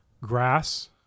Grass